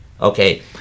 Okay